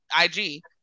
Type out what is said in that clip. IG